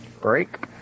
Break